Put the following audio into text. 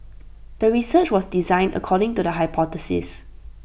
the research was designed according to the hypothesis